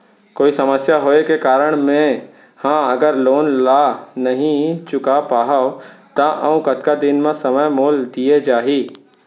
कोई समस्या होये के कारण मैं हा अगर लोन ला नही चुका पाहव त अऊ कतका दिन में समय मोल दीये जाही?